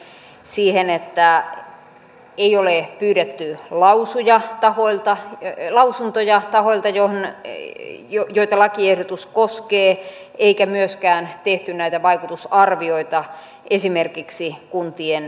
siihen että ei ole pyydetty lausuntoja tahoilta joita lakiehdotus koskee eikä myöskään tehty näitä vaikutusarvioita esimerkiksi kuntien menoista